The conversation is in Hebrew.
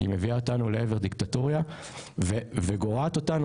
כי היא מביאה אותנו לעבר דיקטטורה וגורעת אותנו